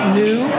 new